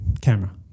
camera